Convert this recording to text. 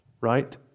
right